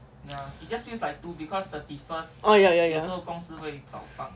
ya ya ya